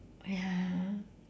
oh ya